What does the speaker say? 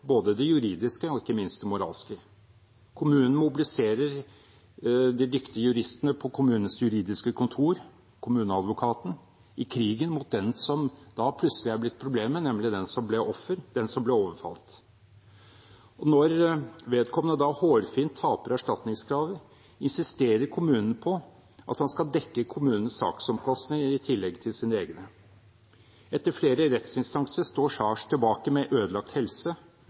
både det juridiske og ikke minst moralske. Kommunen mobiliserer de dyktige juristene på kommunens juridiske kontor – Kommuneadvokaten – i krigen mot den som plutselig er blitt problemet, nemlig den som ble offer, den som ble overfalt. Og når vedkommende da hårfint taper erstatningskravet, insisterer kommunen på at han skal dekke kommunens saksomkostninger i tillegg til sine egne. Etter flere rettsinstanser står Saers tilbake med ødelagt helse,